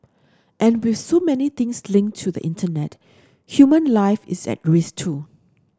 and with so many things linked to the Internet human life is at risk too